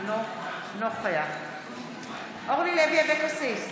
אינו נוכח אורלי לוי אבקסיס,